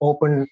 Open